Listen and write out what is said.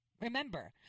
Remember